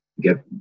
get